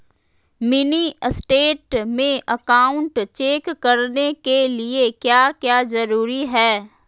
Mini state में account check करने के लिए क्या क्या जरूरी है?